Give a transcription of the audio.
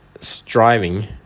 striving